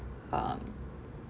um